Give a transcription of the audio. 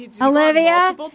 Olivia